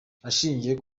ashingiye